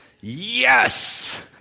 Yes